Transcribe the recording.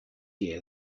year